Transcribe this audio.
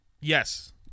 Yes